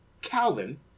Calvin